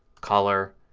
color